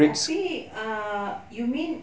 tapi uh you mean